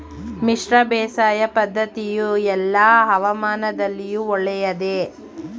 ಮಿಶ್ರ ಬೇಸಾಯ ಪದ್ದತಿಯು ಎಲ್ಲಾ ಹವಾಮಾನದಲ್ಲಿಯೂ ಒಳ್ಳೆಯದೇ?